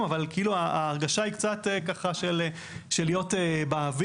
אבל מדינת ישראל הזמינה חיסונים כאלה או שטרם?